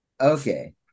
Okay